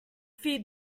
feed